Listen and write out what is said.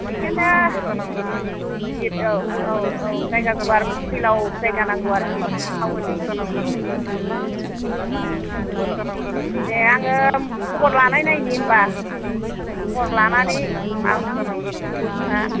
बिखायनो गिदिर औ औ औ जायगा गुवार फैलाव जायगा नांगौ आरखि थाउननि दे आङो खबर लानायनायनि होनबा खबर लानानै मा हो